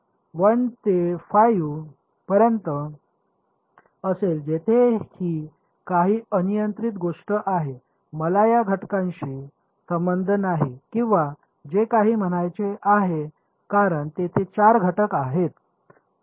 1 ते 5 पर्यंत असेल जेथे ही काही अनियंत्रित गोष्ट आहे मला या घटकांशी संबंध नाही किंवा जे काही म्हणायचे आहे कारण तेथे 4 घटक आहेत